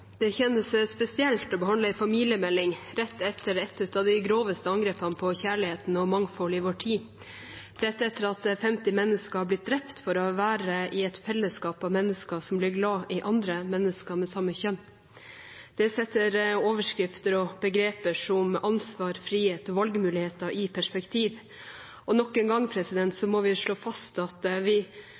Det kjennes spesielt å behandle en familiemelding rett etter et av de groveste angrepene på kjærligheten og mangfoldet i vår tid, rett etter at 50 mennesker har blitt drept for å være i et fellesskap av mennesker som er glad i andre mennesker med samme kjønn. Det setter overskrifter og begreper som ansvar, frihet og valgmuligheter i perspektiv. Nok en gang må vi slå fast at vi